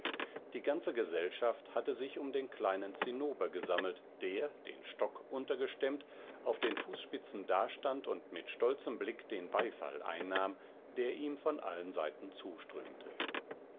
die ganze gesellschaft hatte sich um den kleinen zinnober gesammelt der den stock untergestemmt auf den fußspitzen dastand und mit stolzem blick den beifall einnahm der ihm von allen seiten zuströmte